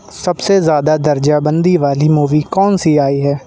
سب سے زیادہ درجہ بندی والی مووی کون سی آئی ہے